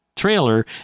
trailer